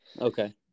Okay